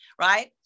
right